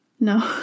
No